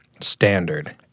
standard